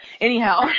Anyhow